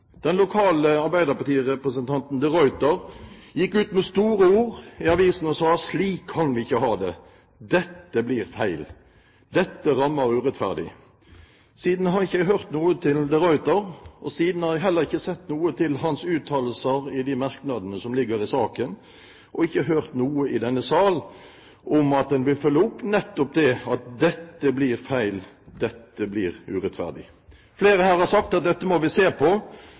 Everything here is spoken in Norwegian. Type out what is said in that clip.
Den lokale arbeiderpartirepresentanten de Ruiter gikk ut med store ord i avisen og sa at slik kan vi ikke ha det, dette blir feil, dette rammer urettferdig. Siden har jeg ikke hørt noe fra de Ruiter. Jeg har heller ikke sett noe til hans uttalelser i de merknadene som ligger i saken, og jeg har ikke hørt noe i denne sal om at en vil følge opp nettopp det at dette blir feil, dette blir urettferdig. Flere her har sagt at dette må vi se på.